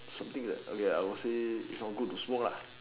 something that okay I would say is not good to smoke